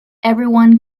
everyone